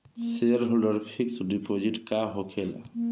Shareholder fix deposit का होखे ला?